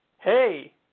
hey